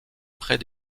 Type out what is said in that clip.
près